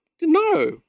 No